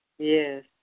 Yes